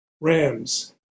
Rams